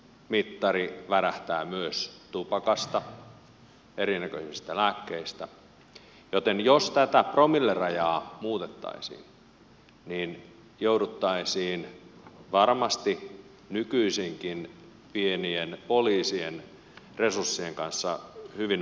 promillemittari värähtää myös tupakasta erinäköisistä lääkkeistä joten jos tätä promillerajaa muutettaisiin niin jouduttaisiin varmasti nykyisinkin pienien poliisiresurssien kanssa hyvin ongelmallisiin tilanteisiin